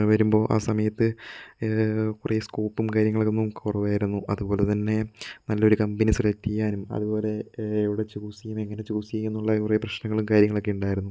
വരുമ്പോൾ ആ സമയത്ത് കുറെ സ്ക്കോപ്പും കാര്യങ്ങളൊന്നും കുറവായിരുന്നു അത്പോലെതന്നെ നല്ലൊരു കമ്പനി സെലക്റ്റ് ചെയ്യാനും അത്പോലെ എവിടെ ചൂസ് ചെയ്യും എങ്ങനെ ചൂസ് ചെയ്യും എന്നുള്ള കുറെ പ്രശ്നങ്ങളും കാര്യങ്ങളും ഒക്കെ ഉണ്ടായിരുന്നു